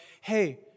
hey